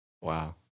wow